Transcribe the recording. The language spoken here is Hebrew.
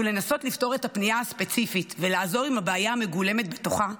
שהוא לנסות לעזור עם הפנייה הספציפית ולפתור את הבעיה המגולמת בתוכה,